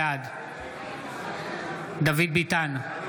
בעד דוד ביטן,